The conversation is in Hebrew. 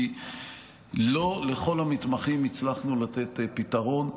כי לא לכל המתמחים הצלחנו לתת פתרון.